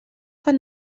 fan